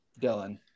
Dylan